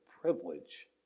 privilege